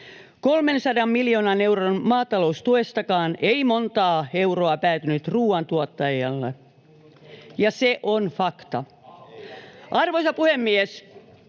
300 miljoonan euron maataloustuestakaan ei montaa euroa päätynyt ruuantuottajille, [Jari Leppä: Ei pidä